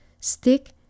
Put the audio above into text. Stick